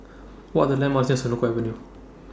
What Are The landmarks near Senoko Avenue